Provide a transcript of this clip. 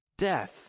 death